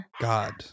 God